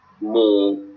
more